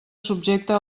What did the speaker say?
subjecte